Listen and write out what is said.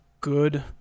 good